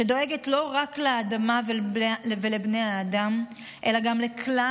שדואגת לא רק לאדמה ולבני האדם אלא גם לכלל